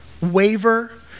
waver